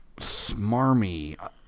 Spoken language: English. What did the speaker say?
smarmy